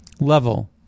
level